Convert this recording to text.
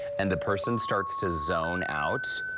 and the person starts to zone out,